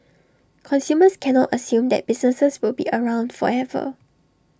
consumers cannot assume that businesses will be around forever